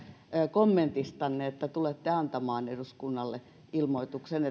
kommentistanne että tulette antamaan eduskunnalle ilmoituksen